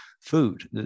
food